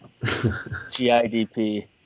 GIDP